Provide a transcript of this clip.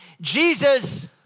Jesus